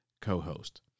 co-host